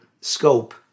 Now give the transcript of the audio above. scope